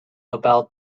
about